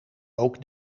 ook